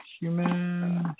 Human